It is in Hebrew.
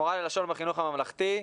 מורה ללשון בחינוך הממלכתי.